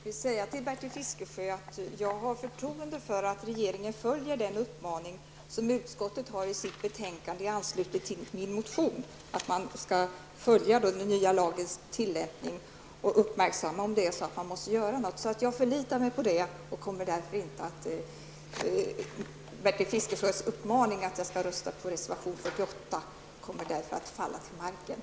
Herr talman! Jag vill säga till Bertil Fiskesjö att jag har förtroende för att regeringen följer den uppmaning som utskottet gör i sitt betänkande i anslutning till min motion, dvs. att man skall följa tillämpningen av den nya lagen och vara uppmärksam på om några ändringar måste göras. Jag förlitar mig på detta, och Bertil Fiskesjös uppmaning att jag skall rösta på reservation 48 kommer därför att falla till marken.